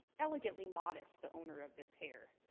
elegantly modest, the owner of this hair.